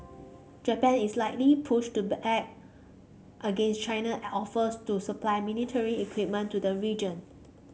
Japan is likely push to back against China offers to supply military equipment to the region